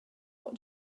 what